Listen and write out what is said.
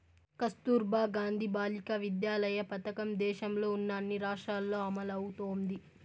కస్తుర్బా గాంధీ బాలికా విద్యాలయ పథకం దేశంలో ఉన్న అన్ని రాష్ట్రాల్లో అమలవుతోంది